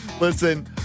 listen